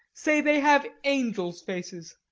say they have angels' faces.